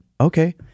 Okay